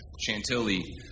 Chantilly